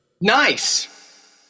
Nice